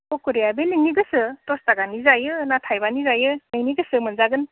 पकरिया बे नोंनि गोसो दस थाखानि जायो ना थाइबानि जायो नोंनि गोसो मोनजागोन